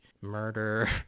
murder